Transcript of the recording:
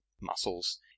muscles